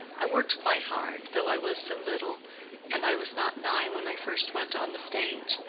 i worked quite hard, though i was so little and i was not nine when i first went on the stage.